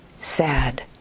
sad